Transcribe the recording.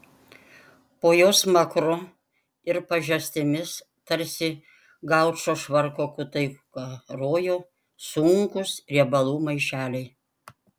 po jos smakru ir pažastimis tarsi gaučo švarko kutai karojo sunkūs riebalų maišeliai